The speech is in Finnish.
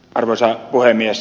arvoisa puhemies